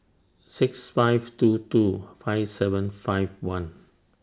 six five two two five seven five one